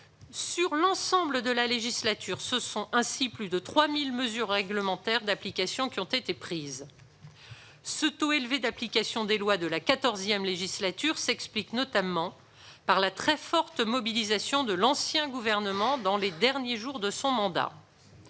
Sur l'ensemble de la législature, ce sont ainsi plus de 3 000 mesures réglementaires d'application qui ont été prises. Ce taux élevé d'application des lois de la XIV législature s'explique notamment par la très forte mobilisation de l'ancien gouvernement dans les derniers jours de son mandat